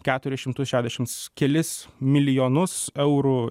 keturis šimtus šešiasdešim kelis milijonus eurų